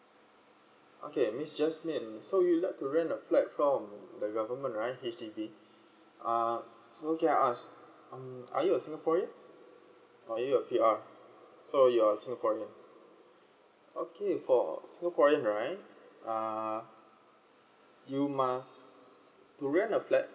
okay miss jasmin so you like to rent a flat from the government right H_D_B uh so can I ask um are you a singaporean oh you're P_R so you are singaporean okay for singaporean right uh you must to rent a flat